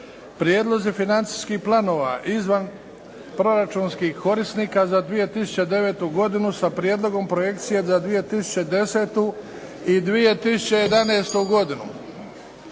Prijedlozi financijskih planova izvanproračunskih korisnika za 2009. godinu sa Prijedlogom projekcije za 2010. i 2011. godinu: